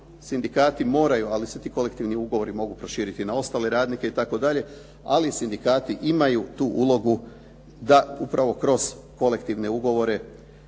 sindikati moraju, ali se ti kolektivni ugovori mogu proširiti na ostale radnike itd. Ali sindikati imaju tu ulogu da upravo kroz kolektivne ugovore